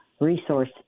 resource